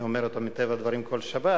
אני אומר את זה מטבע הדברים כל שבת: